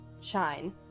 shine